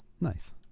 Nice